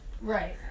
Right